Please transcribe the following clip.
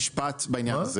משפט בעניין הזה.